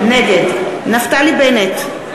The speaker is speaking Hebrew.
נגד נפתלי בנט,